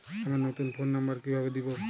আমার নতুন phone number কিভাবে দিবো?